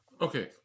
Okay